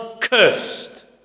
cursed